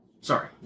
sorry